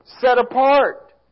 set-apart